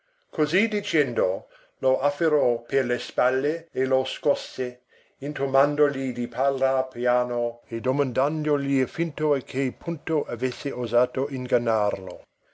così dicendo lo afferrò per le spalle e lo scosse intimandogli di parlar piano e domandandogli fino a che punto avesse osato ingannarlo